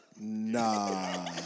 Nah